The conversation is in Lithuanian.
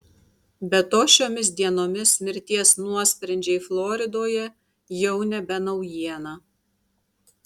be to šiomis dienomis mirties nuosprendžiai floridoje jau nebe naujiena